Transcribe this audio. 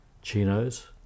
chinos